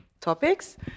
topics